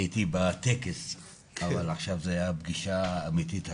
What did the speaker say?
הייתי בטקס אבל עכשיו זו הפגישה האמיתית הראשונה.